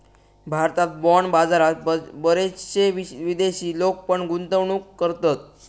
भारतात बाँड बाजारात बरेचशे विदेशी लोक पण गुंतवणूक करतत